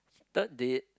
third date